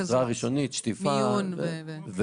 עזרה ראשונית, שטיפה והביתה.